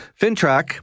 Fintrack